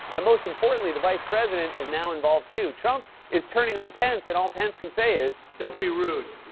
and, most importantly, the vice president is now involved, too. trump is turning on pence, and all pence can say is. don't be rude.